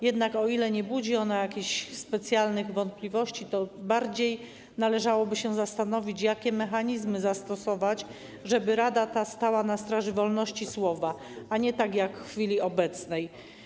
Jednak o ile nie budzi ona jakichś specjalnych wątpliwości, to bardziej należałoby się zastanowić, jakie mechanizmy zastosować, żeby ta rada stała na straży wolności słowa, a nie tak jak jest w chwili obecnej.